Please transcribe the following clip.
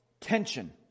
tension